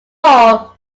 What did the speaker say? all